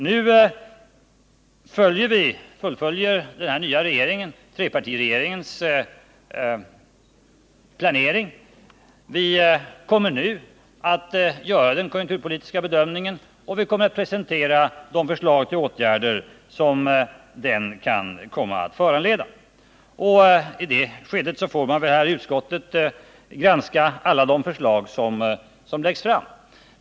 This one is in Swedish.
Nu fullföljer den nya regeringen trepartiregeringens planering. Vi kommer nu att göra den konjunkturpolitiska bedömningen, och vi kommer att presentera de förslag till åtgärder som den bedömningen kan föranleda. I det skedet får man väl i utskottet granska alla de förslag som läggs fram.